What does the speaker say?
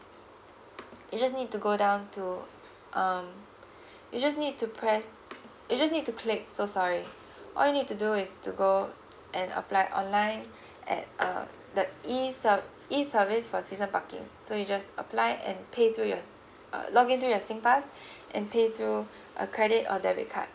you just need to go down to um you just need to press you just need to click so sorry all you need to do is to go and apply online at uh the E ser~ E service for season parking so you just apply and pay through yours uh login through your singpass and pay through a credit or debit card